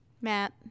Matt